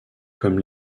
comme